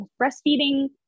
breastfeeding